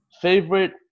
Favorite